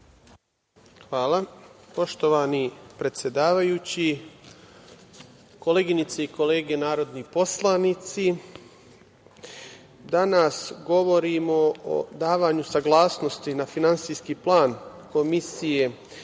Hvala. Poštovani predsedavajući, koleginice i kolege narodni poslanici, danas govorimo o davanju saglasnosti na finansijski plan Komisije